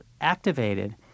activated